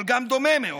אבל גם דומה מאוד,